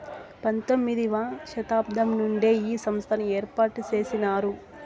పంతొమ్మిది వ శతాబ్దం నుండే ఈ సంస్థను ఏర్పాటు చేసినారు